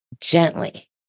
gently